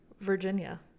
Virginia